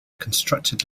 constructed